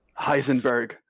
Heisenberg